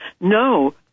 No